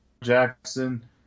Jackson